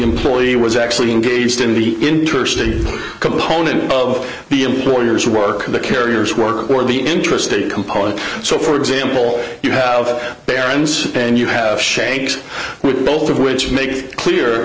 employee was actually engaged in the interstate component of the employer's work the carriers work or the interstate component so for example you have parents and you have shades with both of which make it clear